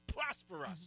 prosperous